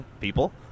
People